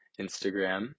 Instagram